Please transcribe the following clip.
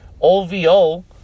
OVO